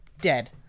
dead